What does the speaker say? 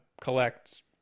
collect